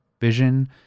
vision